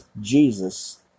Jesus